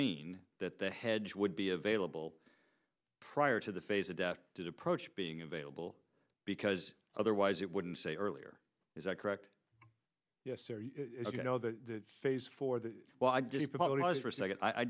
mean that the hedge would be available prior to the phase adapted approach being available because otherwise it wouldn't say earlier is that correct you know the phase for the well i